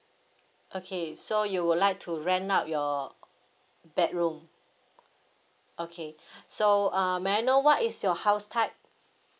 okay so you would like to rent out your bedroom okay so uh may I know what is your house type